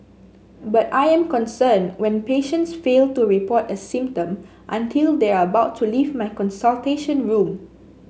but I am concerned when patients fail to report a symptom until they are about to leave my consultation room